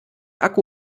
akku